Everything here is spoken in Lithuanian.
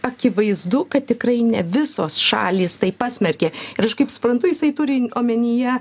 akivaizdu kad tikrai ne visos šalys tai pasmerkė ir aš kaip suprantu jisai turi omenyje